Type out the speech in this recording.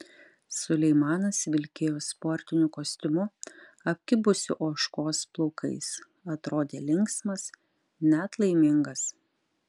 suleimanas vilkėjo sportiniu kostiumu apkibusiu ožkos plaukais atrodė linksmas net laimingas